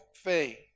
faith